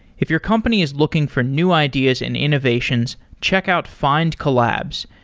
if your company is looking for new ideas and innovations, check out findcollabs.